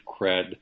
cred